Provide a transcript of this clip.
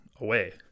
away